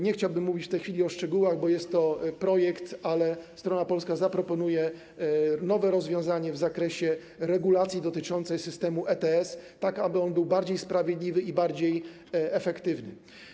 Nie chciałbym mówić w tej chwili o szczegółach, bo jest to projekt, ale strona polska zaproponuje nowe rozwiązanie w zakresie regulacji dotyczącej systemu ETS, tak aby on był bardziej sprawiedliwy i bardziej efektywny.